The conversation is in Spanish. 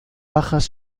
bajas